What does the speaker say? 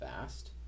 fast